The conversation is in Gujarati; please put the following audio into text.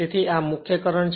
તેથી આ મુખ્ય કરંટ છે